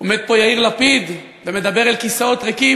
עומד פה יאיר לפיד ומדבר על כיסאות ריקים,